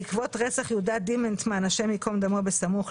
יאללה,